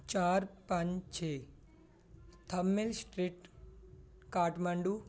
ਚਾਰ ਪੰਜ ਛੇ ਥਾਮਿਲ ਸਟ੍ਰੀਟ ਕਾਠਮੰਡੂ